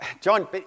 John